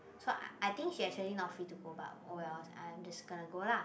so I I think she actually not free to go but oh well I'm just gonna go lah